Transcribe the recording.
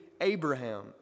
Abraham